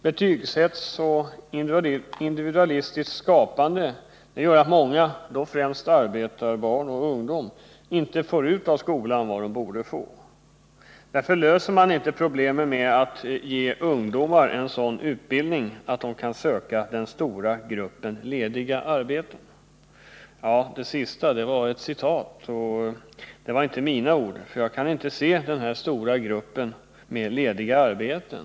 Betygshets och individualistiskt skapande gör att många elever, särskilt arbetarbarn och arbetarungdom, inte får ut av skolan vad de borde få. Därför löser man inte problemen genom att ”ge ungdomar en sådan utbildning att de kan söka den stora gruppen lediga arbeten”. Detta citat är inte mina ord, för jag kan inte se den stora gruppen lediga arbeten.